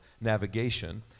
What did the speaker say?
navigation